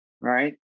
right